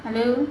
hello